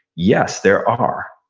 yes, there are.